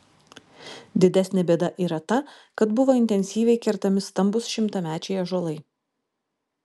didesnė bėda yra ta kad buvo intensyviai kertami stambūs šimtamečiai ąžuolai